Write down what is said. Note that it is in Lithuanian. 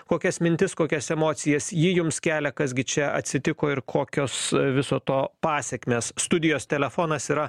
kokias mintis kokias emocijas ji jums kelia kas gi čia atsitiko ir kokios viso to pasekmės studijos telefonas yra